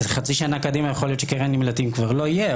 חצי שנה קדימה יכול להיות שקרן נמלטים כבר לא יהיה,